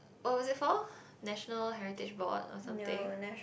what was it for National-Heritage-Board or something